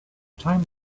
time